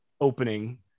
opening